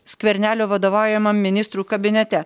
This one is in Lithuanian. skvernelio vadovaujamam ministrų kabinete